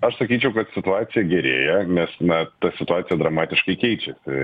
aš sakyčiau kad situacija gerėja nes na ta situacija dramatiškai keičiasi